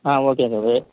ஆ okay சரி